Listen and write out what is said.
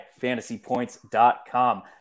fantasypoints.com